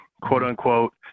quote-unquote